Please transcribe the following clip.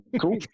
cool